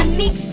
mix